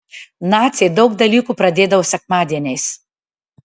naciai daug dalykų pradėdavo sekmadieniais